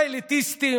האליטיסטים,